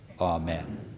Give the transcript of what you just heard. Amen